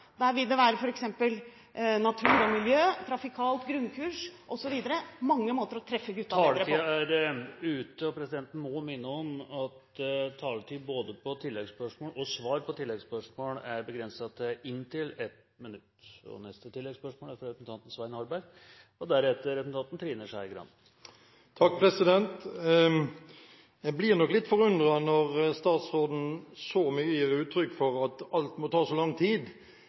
Der vil det være f.eks. natur og miljø , trafikalt grunnkurs osv. Det er mange måter å treffe guttene på. Taletiden er ute. Presidenten må minne om at taletiden både for tilleggsspørsmål og svar på tilleggsspørsmål er begrenset til inntil 1 minutt. Svein Harberg – til oppfølgingsspørsmål. Jeg blir nok litt forundret når statsråden gir så mye uttrykk for at alt må ta så lang tid.